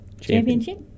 championship